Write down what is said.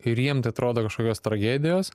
ir jiem tai atrodo kažkokios tragedijos